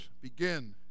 begin